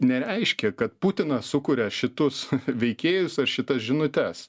nereiškia kad putinas sukuria šitus veikėjus ar šitas žinutes